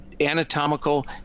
anatomical